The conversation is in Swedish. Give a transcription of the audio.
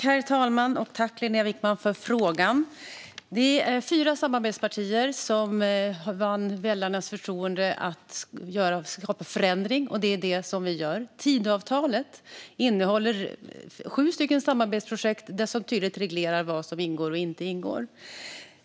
Herr talman! Jag tackar Linnéa Wickman för frågan. Vi är fyra samarbetspartier som vunnit väljarnas förtroende att skapa förändring, och det är det vi gör. Tidöavtalet innehåller sju samarbetsprojekt där det tydligt regleras vad som ingår och inte ingår.